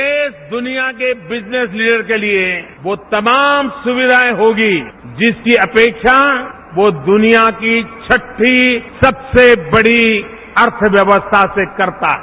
देश दुनिया के बिजनेस लीडर के लिए वो तमाम सुविधाएं होगी जिसकी अपेक्षा वो दुनिया की छठी सबसे बड़ी अर्थव्यवस्था से करता है